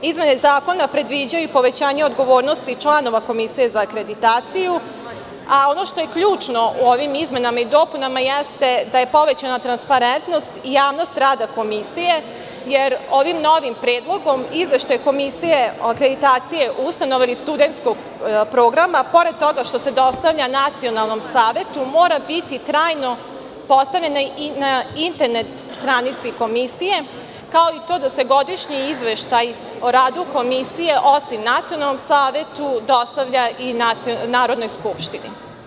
Izmene zakona predviđaju i povećanje odgovornosti članova Komisije za akreditaciju, a ono što je ključno u ovim izmenama i dopunama jeste da je povećana transparentnost i javnost rada komisije, jer ovim novim predlogom izveštaj komisije o akreditaciji ustanove ili studentskog programa, pored toga što se dostavlja Nacionalnom savetu, mora biti trajno postavljen i na internet stranici komisije, kao i to da se godišnji izveštaj o radu komisije, osim Nacionalnom savetu, dostavlja i Narodnoj skupštini.